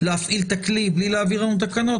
להפעיל את הכלי בלי להעביר לנו תקנות,